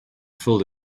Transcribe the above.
filled